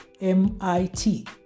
mit